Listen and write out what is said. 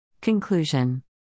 Conclusion